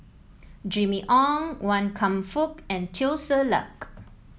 Jimmy Ong Wan Kam Fook and Teo Ser Luck